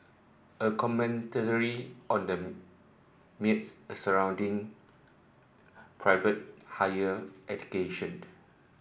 a commentary on the myths surrounding private higher education